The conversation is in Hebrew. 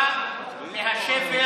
כמו שאמרתי לכם בבוקר,